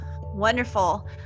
Wonderful